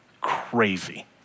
Crazy